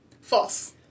False